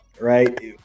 right